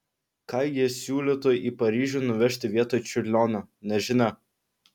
ką ji siūlytų į paryžių nuvežti vietoj čiurlionio nežinia